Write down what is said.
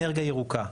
אנרגיה ירוקה,